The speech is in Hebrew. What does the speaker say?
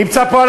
נמצא פה,